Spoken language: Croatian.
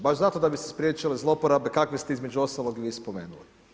Baš zato da bi se spriječilo zloporabe kakve ste, između ostalog, i vi spomenuli.